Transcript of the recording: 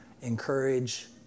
encourage